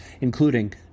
including